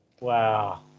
Wow